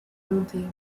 bonté